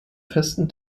festen